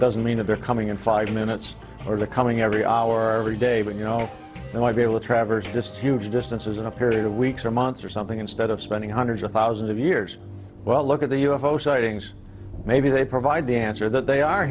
doesn't mean that they're coming in five minutes or the coming every hour every day but you know they might be able to traverse just huge distances in a period of weeks or months or something instead of spending hundreds of thousands of years well look at the u f o sightings maybe they provide the answer that they are